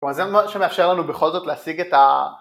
זה מה שמאפשר לנו בכל זאת להשיג את ה...